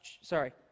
sorry